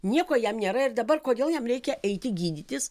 nieko jam nėra ir dabar kodėl jam reikia eiti gydytis